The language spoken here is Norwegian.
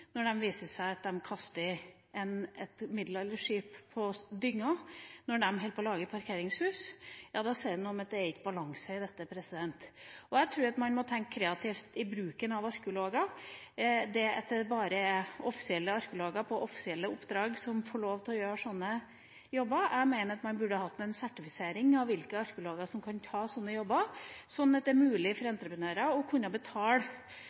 når de kaster et middelalderskip på dynga, når de lager parkeringshus – da ser man at det ikke er balanse i dette. Jeg tror man må tenke kreativt i bruken av arkeologer. Nå er det bare offisielle arkeologer på offisielle oppdrag som får lov til å gjøre slike jobber. Jeg mener at man burde hatt en sertifisering av hvilke arkeologer som kan ta sånne jobber, sånn at det er mulig for entreprenører å kunne betale